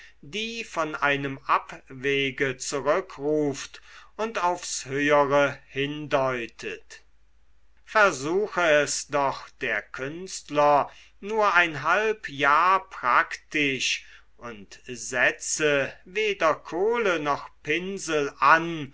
die von einem abwege zurückruft und aufs höhere hindeutet versuche es doch der künstler nur ein halb jahr praktisch und setze weder kohle noch pinsel an